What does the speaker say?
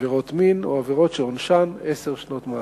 עבירות מין או עבירות שעונשן עשר שנות מאסר.